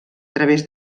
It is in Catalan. través